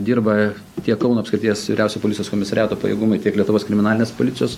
dirba tiek kauno apskrities vyriausiojo policijos komisariato pareigūnai tiek lietuvos kriminalinės policijos